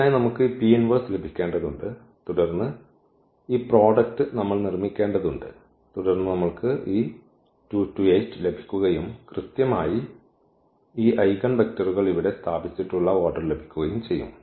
അതിനാൽ നമുക്ക് ഈ ലഭിക്കേണ്ടതുണ്ട് തുടർന്ന് ഈ പ്രോഡക്റ്റ് നമ്മൾ നിർമ്മിക്കേണ്ടതുണ്ട് തുടർന്ന് നമ്മൾക്ക് ഈ 2 2 8 ലഭിക്കുകയും കൃത്യമായി ഈ ഐഗൻവെക്റ്ററുകൾ ഇവിടെ സ്ഥാപിച്ചിട്ടുള്ള ഓർഡർ ലഭിക്കുകയും ചെയ്യും